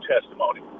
testimony